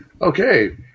Okay